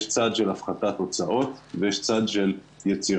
יש צד של הפחתת הוצאות ויש צד של יצירת